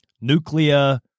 nuclear